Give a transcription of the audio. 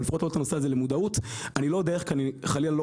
או לפחות להעלות את הנושא הזה למודעות.